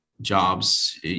jobs